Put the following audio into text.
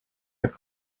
had